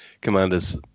commanders